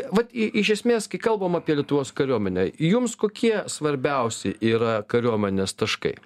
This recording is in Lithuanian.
vat i iš esmės kai kalbama apie lietuvos kariuomenę jums kokie svarbiausi yra kariuomenės taškai